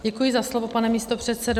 Děkuji za slovo, pane místopředsedo.